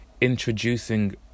introducing